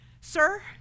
Sir